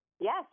yes